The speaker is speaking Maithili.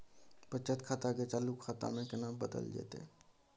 बचत खाता के चालू खाता में केना बदलल जेतै?